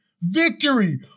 victory